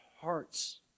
hearts